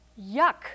Yuck